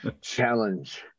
challenge